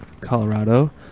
Colorado